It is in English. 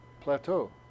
Plateau